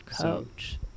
coach